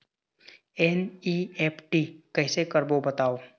NEFT कैसे करबो बताव?